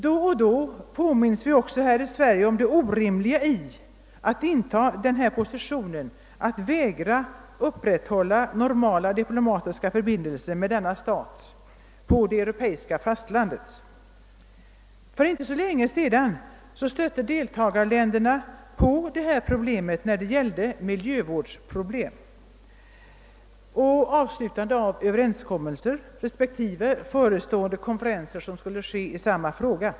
Då och då påminnes vi också här i Sverige om det orimliga i att inta positionen att vägra upprätthålla normala diplomatiska förbindelser med denna stat på dei europeiska fastlandet. För inte så länge sedan stötte deltagarländerna på detta problem när det gällde miljövårdsproblemen och slutande av överenskommelser, respektive förestående konferenser i samma fråga.